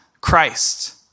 Christ